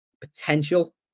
potential